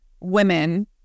women